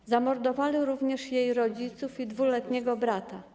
Zamordowali również jej rodziców i 2-letniego brata.